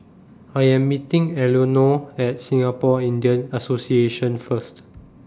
I Am meeting Eleonore At Singapore Indian Association First